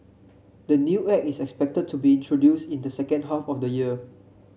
the new Act is expected to be introduced in the second half of the year